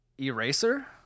Eraser